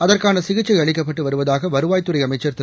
அதற்காள சிகிச்சை அளிக்கப்பட்டு வருவதாக வருவாய்த்துறை அமைச்சர் திரு